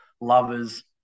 lovers